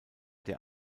der